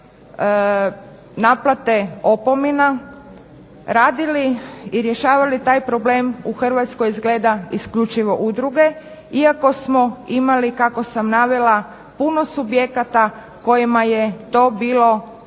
naplate opomena radili i rješavali taj problem u Hrvatskoj, izgleda isključivo udruge. Iako smo imali kako sam navela puno subjekata kojima je to bilo,